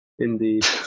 Indeed